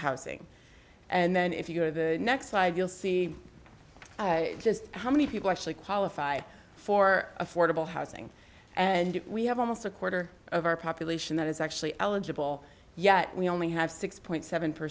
housing and then if you go to the next five you'll see just how many people actually qualify for affordable housing and we have almost a quarter of our population that is actually eligible yet we only have six point seven per